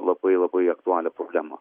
labai labai aktualią problemą